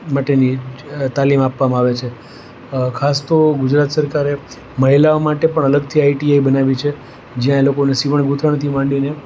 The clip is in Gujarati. માટેની તાલીમ આપવામાં આવી છે ખાસ તો ગુજરાત સરકારે મહિલાઓ માટે પણ અલગથી આઈટીઆઈ બનાવી છે જ્યાં એ લોકોને સીવણ ગૂંથણથી માંડીને